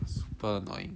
super annoying